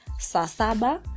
sasaba